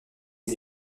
est